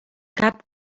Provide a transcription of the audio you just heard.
cap